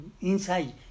inside